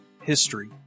history